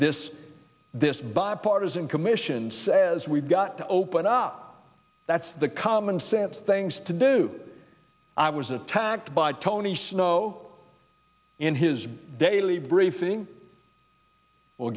this this bipartisan commission says we've got to open up that's the common sense things to do i was attacked by tony snow in his daily briefing well